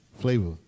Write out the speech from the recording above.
flavor